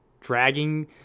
dragging